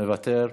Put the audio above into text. מוותר,